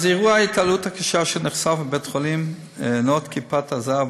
אירוע ההתעללות הקשה שנחשף בבית-החולים "נאות כיפת הזהב"